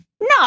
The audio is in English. No